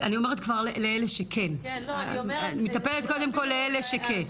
אני אומרת לאלה שכן, אני מטפלת קודם כל לאלה שכן.